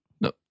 No